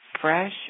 fresh